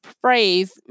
phrase